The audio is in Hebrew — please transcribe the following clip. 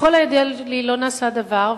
ככל הידוע לי לא נעשה דבר,